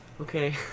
okay